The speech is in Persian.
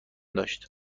داشت